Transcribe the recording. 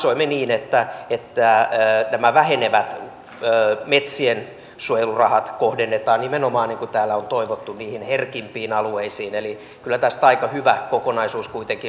katsoimme niin että nämä vähenevät metsiensuojelurahat kohdennetaan nimenomaan niin kuin täällä on toivottu niihin herkimpiin alueisiin eli kyllä tästä aika hyvä kokonaisuus kuitenkin löytyi